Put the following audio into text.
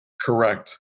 Correct